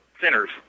sinners